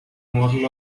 model